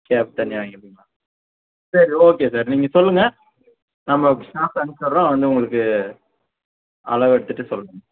gap தனியாக வாங்கிப்பீங்களா சரி ஓகே சார் நீங்கள் சொல்லுங்கள் நம்ம ஸ்டாஃப்ஸை அனுச்சு விட்றோம் வந்து உங்களுக்கு அளவு எடுத்துகிட்டு சொல்லுவாங்கள்